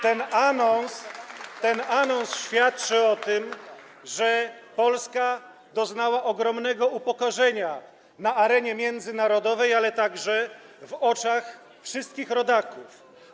Ten anons świadczy o tym, że Polska doznała ogromnego upokorzenia na arenie międzynarodowej, ale także w oczach wszystkich rodaków.